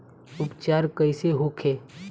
उपचार कईसे होखे?